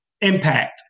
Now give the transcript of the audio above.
impact